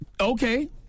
Okay